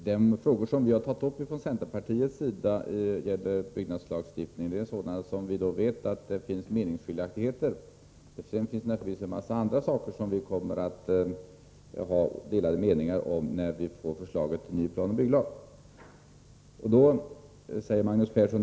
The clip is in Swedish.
Herr talman! De frågor som vi från centerpartiet har tagit upp när det gäller byggnadslagstiftningen är sådana som vi vet att det råder meningsskiljaktigheter om. I det kommande förslaget till ny planoch bygglag finns det naturligtvis en mängd andra saker som det också kommer att råda delade meningar om.